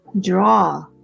draw